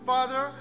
Father